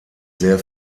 sehr